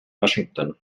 washington